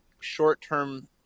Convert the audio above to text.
short-term